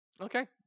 Okay